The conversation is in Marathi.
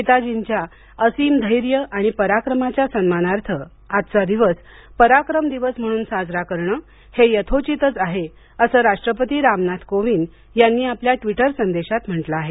नेतार्जीच्या असीम धैर्य आणि पराक्रमाच्या सन्मानार्थ आजचा दिवस पराक्रम दिवस म्हणून साजरा करणे हे यथोचितच आहे असे राष्ट्रपती रामनाथ कोविंद यांनी आपल्या ट्विटर संदेशात म्हटले आहे